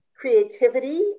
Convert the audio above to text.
creativity